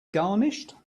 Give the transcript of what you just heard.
garnished